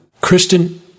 Kristen